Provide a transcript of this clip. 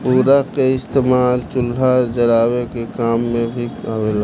पुअरा के इस्तेमाल चूल्हा जरावे के काम मे भी आवेला